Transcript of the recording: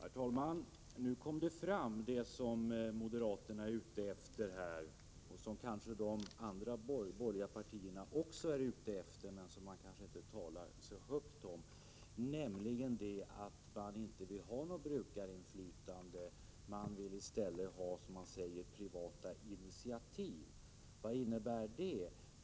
Herr talman! Nu kom det fram vad moderaterna är ute efter och vad kanske också de andra borgerliga partierna är ute efter men inte talar så högt om, nämligen att man inte vill ha något brukarinflytande. Man vill i stället ha privata initiativ. Vad innebär det?